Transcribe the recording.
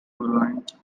eloquent